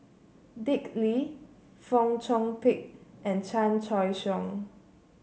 Dick Lee Fong Chong Pik and Chan Choy Siong